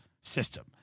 system